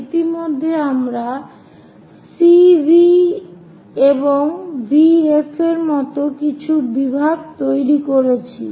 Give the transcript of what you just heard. ইতিমধ্যে আমরা CV এবং VF এর মতো কিছু বিভাগ তৈরি করেছি